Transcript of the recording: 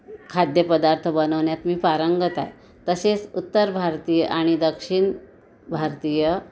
खाद्यपदार्थ बनवण्यात मी पारंगत आहे तसेच उत्तर भारतीय आणि दक्षिण भारतीय